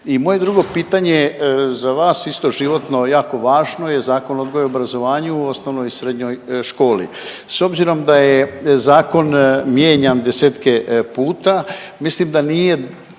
I moje drugo pitanje za vas isto životno jako važno je Zakon o odgoju i obrazovanju osnovnoj i srednjoj školi. S obzirom da je zakon mijenjan desetke puta mislim da nije